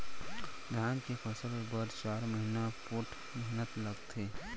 धान के फसल बर चार महिना पोट्ठ मेहनत लागथे